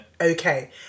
okay